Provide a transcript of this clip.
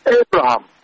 Abraham